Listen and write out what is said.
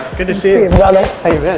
good to see you, brother. how you been?